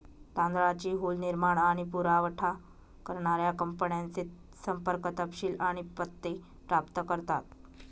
तांदळाची हुल निर्माण आणि पुरावठा करणाऱ्या कंपन्यांचे संपर्क तपशील आणि पत्ते प्राप्त करतात